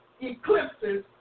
eclipses